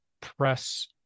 press